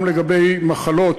גם לגבי מחלות,